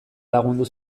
lagundu